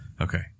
Okay